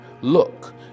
look